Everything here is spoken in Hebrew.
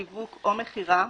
שיווק או מכירה,